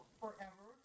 forever